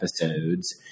episodes